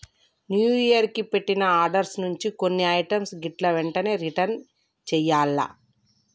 new year కి పెట్టిన orders నుంచి కొన్ని ఐటమ్స్ గిట్లా ఎంటనే రిటర్న్ చెయ్యాల్ల